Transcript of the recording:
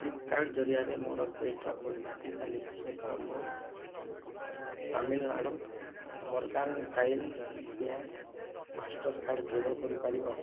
ଫ୍ଲିପ୍କାର୍ଟ୍ ଜରିଆରେ ମୋର ପଇଠ ପଦ୍ଧତି ତାଲିକା ସହିତ ମୋ Tamil Nadu mercantile bank master card ଯୋଗ କରିପାରିବ